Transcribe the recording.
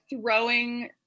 throwing